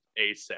ASAP